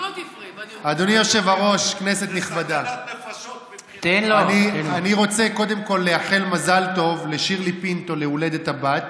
אדוני היושב-ראש, אני תכף אעשה חשבון אחר, דודי.